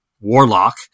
Warlock